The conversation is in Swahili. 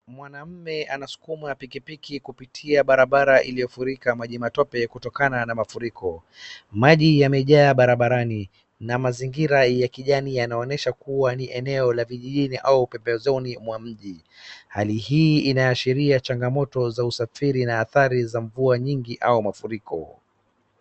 Mwamume anasukuma pikipiki kupitia barabara iliyofurika maji matope kutokana na mafuriko. Maji yamejaa barabarani na mazingira ya kijani yanaonesha kuwa ni eneo la vijijini au pembezoni mwa mji. Hali hii inaashiria changamoto za usafiri na adhari za mvua nyingi au mafuriko.